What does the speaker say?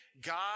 God